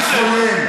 אני חולם.